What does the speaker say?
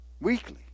weekly